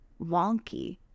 wonky